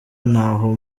ntaho